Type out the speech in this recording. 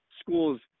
schools